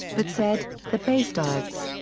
but said, the basterds?